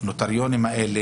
הנוטריונים האלה,